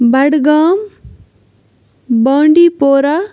بڈگام بانڈی پورا